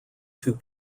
two